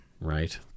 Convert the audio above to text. Right